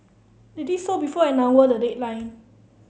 they did so before an hour the deadline